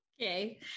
Okay